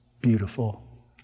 beautiful